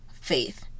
faith